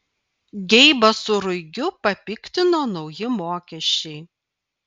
geibą su ruigiu papiktino nauji mokesčiai